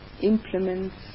implements